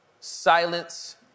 Silence